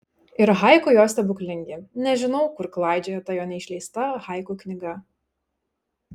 ir haiku jo stebuklingi nežinau kur klaidžioja ta jo neišleista haiku knyga